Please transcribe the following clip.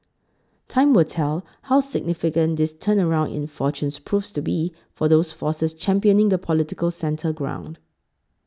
time will tell how significant this turnaround in fortunes proves to be for those forces championing the political centre ground